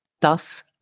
Das